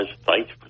thanks